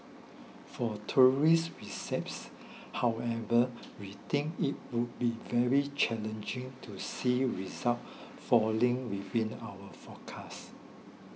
for tourist receipts however we think it would be very challenging to see results falling within our forecast